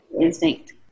instinct